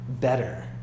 better